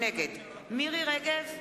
נגד מירי רגב,